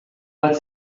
bat